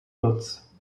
dots